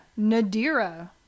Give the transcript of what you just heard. Nadira